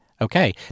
Okay